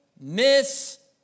miss